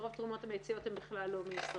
שרוב תרומות הביציות הן בכלל לא מישראל.